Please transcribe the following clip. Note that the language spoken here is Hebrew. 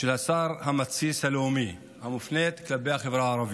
של השר המתסיס הלאומי המופנית כלפי החברה הערבית,